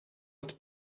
het